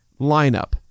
lineup